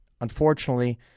Unfortunately